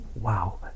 Wow